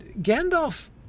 Gandalf